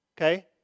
Okay